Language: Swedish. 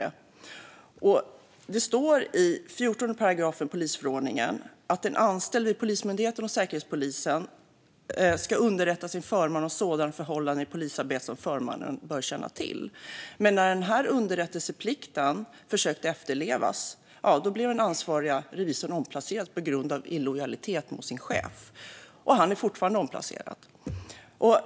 I § 14 polisförordningen står det att "en anställd vid Polismyndigheten eller Säkerhetspolisen ska underrätta sin förman om sådana förhållanden i polisarbetet som förmannen bör känna till". Men den ansvarige revisorn som försökte efterleva den underrättelseplikten blev omplacerad på grund av illojalitet mot sin chef. Han är fortfarande omplacerad.